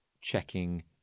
checking